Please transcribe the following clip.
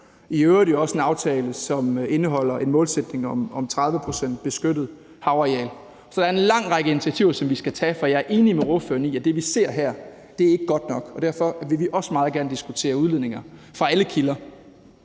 i øvrigt også en aftale, som indeholder en målsætning om 30 pct. beskyttet havareal. Så der er en lang række initiativer, vi skal tage, for jeg er enig med ordføreren i, at det, vi ser her, ikke er godt nok, og derfor vil vi også meget gerne diskutere udledninger fra alle kilder.